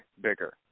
bigger